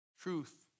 truth